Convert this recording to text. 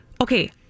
Okay